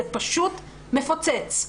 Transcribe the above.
זה פשוט מפוצץ.